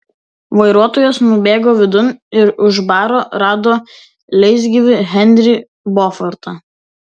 vairuotojas nubėgo vidun ir už baro rado leisgyvį henrį bofortą